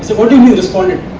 so what do you mean responded?